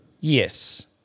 Yes